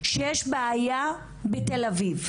שיש בעיה בתל-אביב,